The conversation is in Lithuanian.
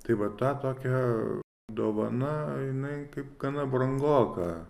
tai va tą tokią dovana jinai kaip gana brangoka